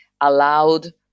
allowed